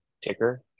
ticker